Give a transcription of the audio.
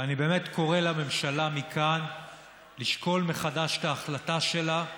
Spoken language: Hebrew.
ואני באמת קורא מכאן לממשלה לשקול מחדש את ההחלטה שלה,